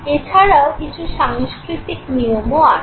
এছাড়াও কিছু সাংস্কৃতিক নিয়মও আছে